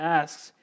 asks